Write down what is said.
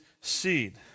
seed